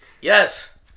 Yes